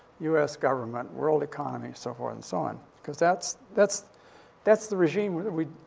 u s. government, world economy, so forth and so on cause that's that's that's the regime we we.